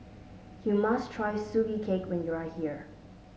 you must try Sugee Cake when you are here